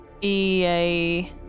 EA